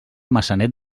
maçanet